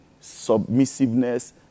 submissiveness